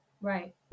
Right